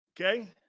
Okay